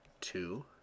two